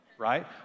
Right